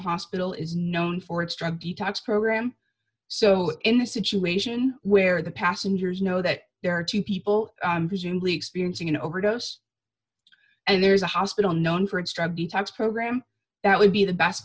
hospital is known for its drug detox program so in a situation where the passengers know that there are two people presumably experiencing an overdose and there's a hospital known for its tribe detox program that would be the best